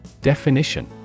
Definition